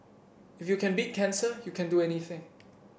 if you can beat cancer you can do anything